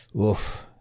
oof